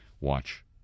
watch